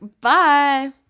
bye